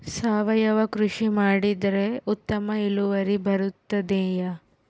ಸಾವಯುವ ಕೃಷಿ ಮಾಡಿದರೆ ಉತ್ತಮ ಇಳುವರಿ ಬರುತ್ತದೆಯೇ?